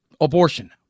abortion